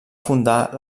fundar